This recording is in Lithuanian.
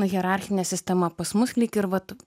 hierarchinė sistema pas mus lyg ir vat